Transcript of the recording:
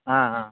ஆ ஆ